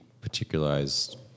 particularized